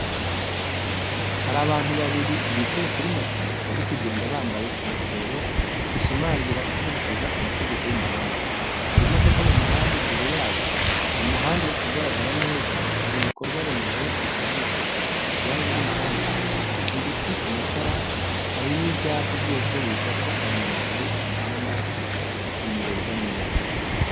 Hari abantu babiri bicaye kuri moto bari kugenda, bambaye ingofero bishimangira gukurikiza amategeko y’umuhanda. Hari imodoka mu muhanda imbere yabo, umuhanda uragaragara neza hari ibikorwa remezo bihagije, iruhande rw'umuhanda hari ibiti, amatara hari n'ibyapa byose bifasha abanyura mu muhanda kumererwa neza.